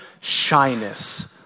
shyness